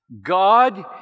God